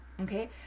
okay